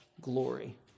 glory